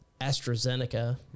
AstraZeneca